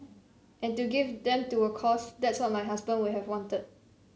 and to give them to a cause that's what my husband would have wanted